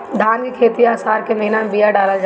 धान की खेती आसार के महीना में बिया डालल जाला?